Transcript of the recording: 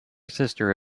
sister